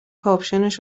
کاپشنش